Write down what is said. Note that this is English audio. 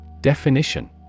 Definition